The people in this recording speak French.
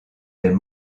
des